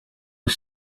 was